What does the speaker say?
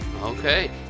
Okay